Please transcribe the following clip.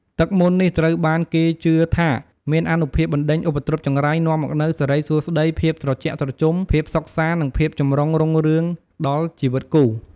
ទឹកមន្តនេះត្រូវបានគេជឿថាមានអានុភាពបណ្ដេញឧបទ្រពចង្រៃ នាំមកនូវសិរីសួស្ដី ភាពត្រជាក់ត្រជុំ ភាពសុខសាន្ត និងចម្រើនរុងរឿងដល់ជីវិតគូ។